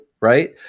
Right